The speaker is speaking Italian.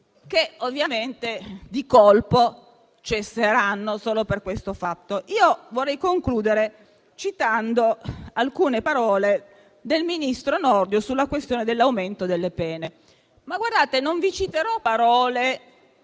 che ovviamente di colpo cesseranno solo per questo fatto. Vorrei concludere citando alcune parole del ministro Nordio sulla questione dell'aumento delle pene. Ma non vi citerò parole